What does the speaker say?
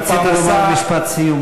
רצית לומר משפט סיום,